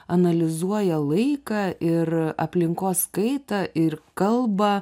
analizuoja laiką ir aplinkos kaitą ir kalbą